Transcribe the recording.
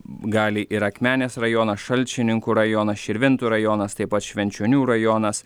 gali ir akmenės rajonas šalčininkų rajonas širvintų rajonas taip pat švenčionių rajonas